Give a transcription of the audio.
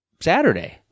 Saturday